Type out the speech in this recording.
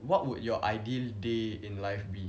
what would your ideal day in life be